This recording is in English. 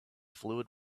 fluid